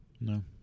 No